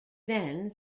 then